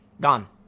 Gone